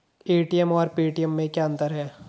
ATM और Paytm में क्या अंतर है?